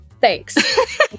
Thanks